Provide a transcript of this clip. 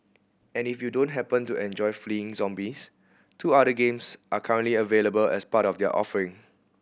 and if you don't happen to enjoy fleeing zombies two other games are currently available as part of their offering